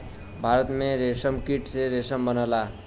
भारत में रेशमकीट से रेशम बनला